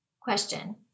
Question